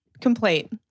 complete